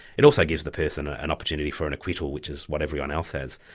it also gives the person ah an opportunity for an acquittal which is what everyone else has.